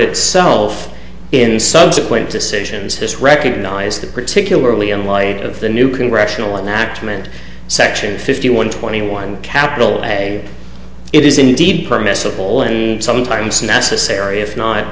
itself in subsequent decisions has recognized that particularly in light of the new congressional enactment section fifty one twenty one capital a it is indeed permissible and sometimes necessary if not